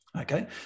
Okay